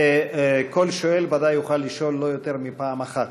וכל שואל ודאי יוכל לשאול לא יותר מפעם אחת.